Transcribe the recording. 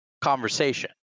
conversation